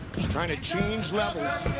he's trying to change levels.